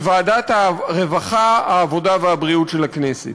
של ועדת העבודה, הרווחה והבריאות של הכנסת.